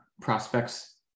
prospects